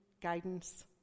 guidance